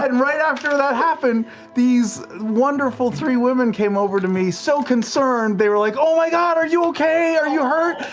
and right after that happened these wonderful three women came over to me, so concerned. they were like oh my god, are you okay, are you hurt?